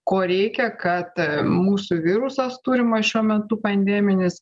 ko reikia kad mūsų virusas turimas šiuo metu pandeminis